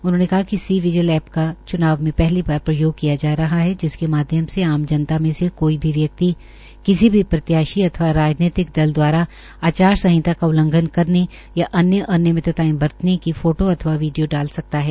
उन्होंने कहा कि सी विजल ऐप्प का चूनाव में पहली बार प्रयोग किया जा रहा है जिसके माध्यम से आम जनता मे से कोई भी व्यकित किसी भी प्रत्याशी अथवा राजनीतिक दल द्वारा आचार संहिता का उल्लंघन करने या अन्य अनियमित तायें बरतने की फोटो डाल सकता है